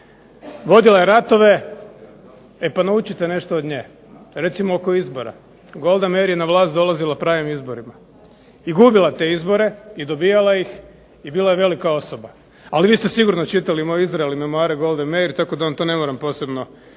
vodila je ratove, e pa naučite nešto od nje. Recimo oko izbora. Golda Meir je na vlast dolazila pravim izborima. I gubila te izbore, i dobivala ih, i bila je velika osoba. Ali vi ste sigurno čitali Moj Izrael i memoare Goldae Meir tako da vam to ne moram posebno objašnjavati.